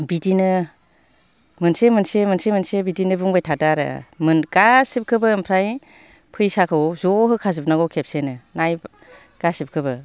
बिदिनो मोनसे मोनसे मोनसे मोनसे बिदिनो बुंबाय थादों आरो गासैखोबो ओमफ्राय फैसाखौ ज' होखाजोबनांगौ खेबसेनो नायबा गासैखोबो